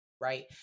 right